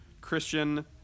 Christian